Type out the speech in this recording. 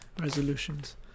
resolutions